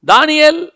Daniel